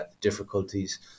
difficulties